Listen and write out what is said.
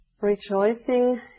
Rejoicing